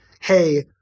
hey